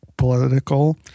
political